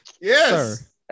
Yes